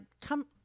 come